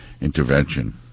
intervention